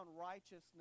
righteousness